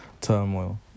turmoil